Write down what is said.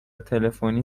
تلفنی